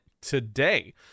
today